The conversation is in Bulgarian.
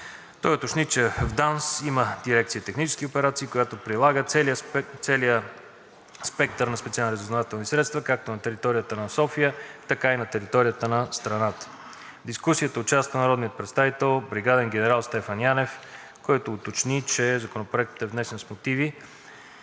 Той уточни, че в ДАНС има дирекция „Технически операции“, която прилага целия спектър на специални разузнавателни средства както на територията на София, така и на територията на страната. В дискусията участва народният представител бригаден генерал Стефан Янев, който уточни, че Законопроектът е внесен с мотиви,